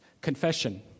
confession